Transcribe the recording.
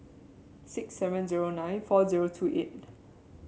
six seven zero nine four zero two eight